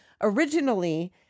originally